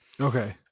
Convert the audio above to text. Okay